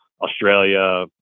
Australia